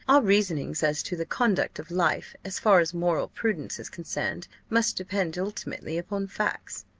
our reasonings as to the conduct of life, as far as moral prudence is concerned, must depend ultimately upon facts.